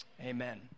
Amen